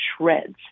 shreds